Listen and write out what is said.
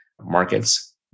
markets